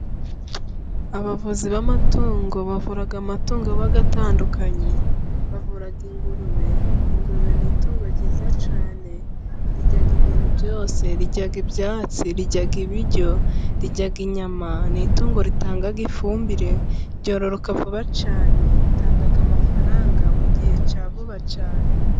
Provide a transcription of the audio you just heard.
Abavuzi b'amatungo, bavura amatungo atandukanye bavura ingurube, ingurube ni itungo ryiza cyane rirya ibintu byose; rirya ibyatsi, rirya ibiryo, riryaga inyama. Ni itungo ritanga ifumbire, ryororoka vuba cyane, ritanga amafaranga mu gihe cya vuba cyane.